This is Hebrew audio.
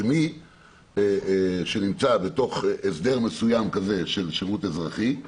שמי שנמצא בתוך הסדר מסוים כזה של שירות אזרחי,